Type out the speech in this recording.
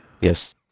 Yes